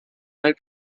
nel